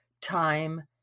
time